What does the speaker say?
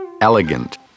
Elegant